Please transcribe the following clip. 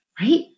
right